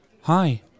Hi